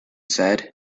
said